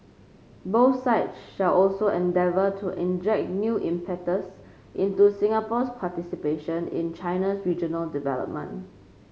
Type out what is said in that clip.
both sides shall also endeavour to inject new impetus into Singapore's participation in China's regional development